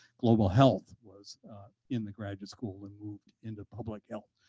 global health was in the graduate school and moved into public health,